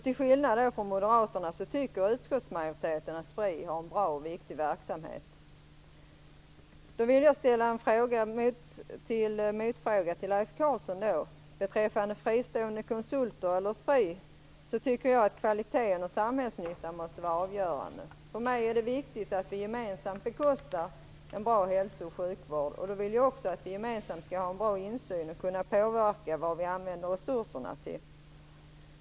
Till skillnad från moderaterna tycker utskottsmajoriteten att Spri har en bra och viktig verksamhet. Jag vill ställa en motfråga till Leif Carlson. Beträffande fristående konsulter eller Spri tycker jag att kvaliteten och samhällsnyttan måste vara avgörande. För mig är det viktigt att vi gemensamt bekostar en bra hälso och sjukvård, och då vill jag också att vi gemensamt skall ha en bra insyn och kunna påverka vad vi använder resurserna till.